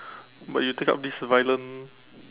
but you take up this violent